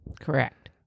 Correct